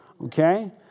Okay